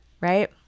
right